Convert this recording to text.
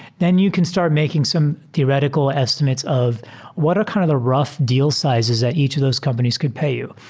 then you can start making some theoretical estimates of what are kind of the rough deal sizes that each of those companies could pay you.